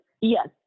yes